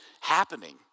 happening